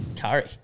Curry